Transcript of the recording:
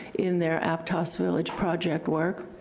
in their aptos village project work.